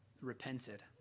repented